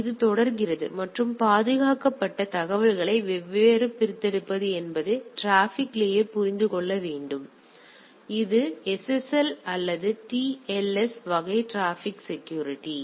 எனவே அது தொடர்கிறது மற்றும் பாதுகாக்கப்பட்ட தகவல்களை எவ்வாறு பிரித்தெடுப்பது என்பதை டிராபிக் லேயர் புரிந்து கொள்ள வேண்டும் எனவே இது SSL அல்லது TLS வகை டிராபிக் செக்யூரிட்டி